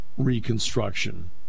Reconstruction